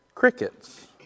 Crickets